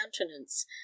countenance